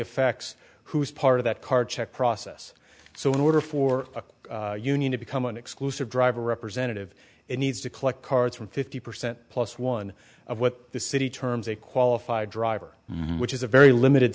effects who's part of that car check process so in order for a union to become an exclusive driver representative it needs to collect cards from fifty percent plus one of what the city terms a qualified driver which is a very limited